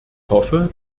hoffe